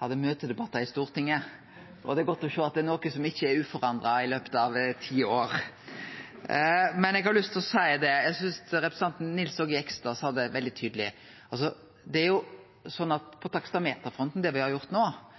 hadde møtedebattar i Stortinget. Da er det godt å sjå at det er noko som ikkje er uforandra i løpet av ti år. Eg har lyst til å seie, og eg synest representanten Nils Aage Jegstad sa det veldig tydeleg: Det er jo sånn at det me no har gjort på taksameterfronten, ikkje er ei liberalisering så langt – det har